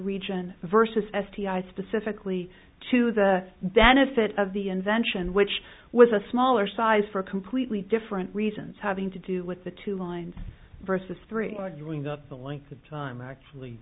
region versus s d i specifically to the benefit of the invention which was a smaller size for a completely different reasons having to do with the two lines versus three or dreamed up the length of time actually